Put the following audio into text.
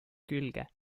külge